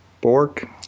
Bork